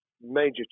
major